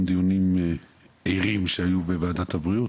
דיונים ערים שהיו ערים שהיו בוועדת הבריאות,